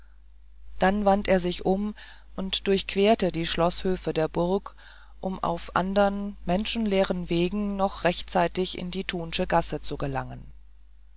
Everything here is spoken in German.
dann wandte er sich um und durchquerte die schloßhöfe der burg um auf andern menschenleeren wegen noch rechtzeitig in die thunsche gasse zu gelangen